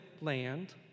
land